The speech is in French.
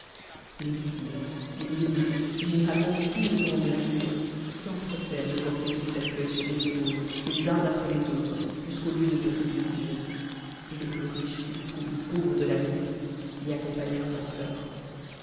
les x s tes ontirs et gënerateutent tous les grands de a cour s'empressèrent de porter sou cercueil sur les épaules les uns après les autres jusqu'au lieu de sa sépulture et les plus riches jusqu'aux plus pauvres de la ville l'y accompagnèrent en pleurs